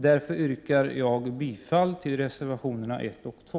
Därför yrkar jag bifall till reservationerna 1 och 2.